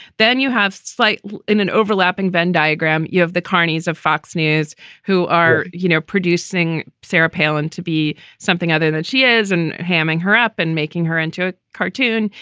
then you have slight in an overlapping venn diagram. you have the carnies of fox news who are you know producing sarah palin to be something other than she is and hamming her up and making her into a cartoon.